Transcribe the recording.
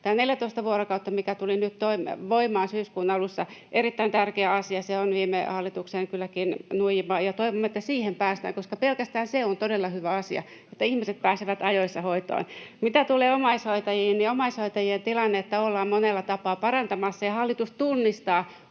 Tämä 14 vuorokautta, mikä tuli nyt voimaan syyskuun alussa, on erittäin tärkeä asia. Se on kylläkin viime hallituksen nuijima, ja toivomme, että siihen päästään, koska pelkästään se on todella hyvä asia, että ihmiset pääsevät ajoissa hoitoon. Mitä tulee omaishoitajiin, niin omaishoitajien tilannetta ollaan monella tapaa parantamassa, ja hallitus tunnistaa